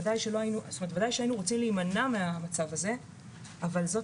וודאי שהיינו רוצים להימנע מהמצב הזה אבל זאת